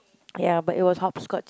ya but it was hopscotch